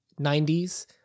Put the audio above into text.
90s